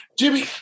Jimmy